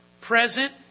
present